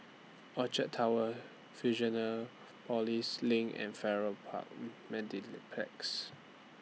Orchard Towers Fusionopolis LINK and Farrer Park